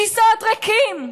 כיסאות ריקים,